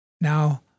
now